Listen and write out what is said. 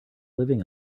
living